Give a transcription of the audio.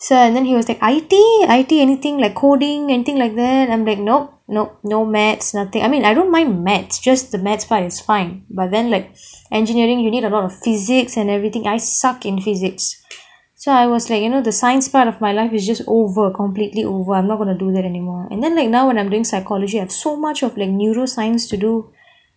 so and then he was like I_T I_T anything like coding anything like that I'm like nop nop no mathematics nothing I mean I don't mind mathematics just the mathematics part is fine but then like engineering you need a lot of physics and everything I suck in physics so I was like you know the science part of my life is just over completely over I'm not gonna do that anymore and then like now and I'm doing psychology I have so much of like neuroscience to do